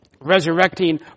resurrecting